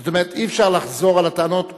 זאת אומרת, אי-אפשר לחזור על הטענות.